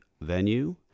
venue